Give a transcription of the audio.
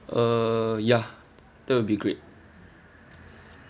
uh ya that will be great